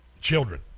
children